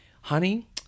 honey